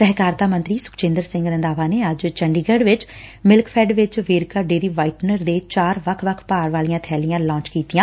ਸਹਿਕਾਰਤਾ ਮੰਤਰੀ ਸੁਖਜਿੰਦਰ ਸਿੰਘ ਰੰਧਾਵਾ ਨੇ ਅੱਜ ਚੰਡੀਗੜ ਵਿਚ ਮਿਲਕਫੈਡ ਵਿਚ ਵੇਰਕਾ ਡੇਅਰੀ ਵਾਈਟਨਰ ਦੇ ਚਾਰ ਵੱਖ ਵੱਖ ਭਾਰ ਵਾਲੀਆਂ ਬੈਲੀਆਂ ਲਾਂਚ ਕੀਤੀਆਂ